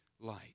light